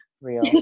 real